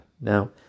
Now